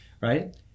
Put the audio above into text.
Right